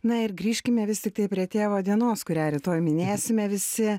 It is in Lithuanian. na ir grįžkime visi kai prie tėvo dienos kurią rytoj minėsime visi